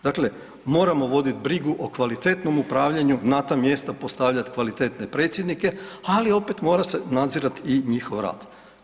Dakle, moramo vodit brigu o kvalitetnom upravljanju, na ta mjesta postavljat kvalitetne predsjednike, ali opet mora se nadzirati i njihov rad.